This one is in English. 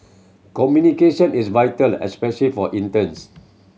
communication is vital especially for interns